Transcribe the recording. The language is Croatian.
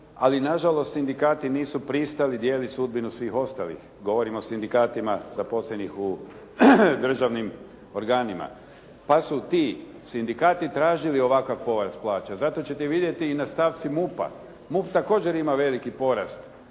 ali nažalost sindikati nisu pristali dijeliti sudbinu svih ostalih, govorim o Sindikatima zaposlenih u državnim organima pa su ti sindikati tražili ovakav porast plaće. Zato ćete vidjeti i na stavci MUP-a. MUP također ima veliki porast